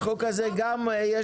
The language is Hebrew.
בחוק הזה יש גם מרכיבים